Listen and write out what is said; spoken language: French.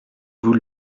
vous